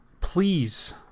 Please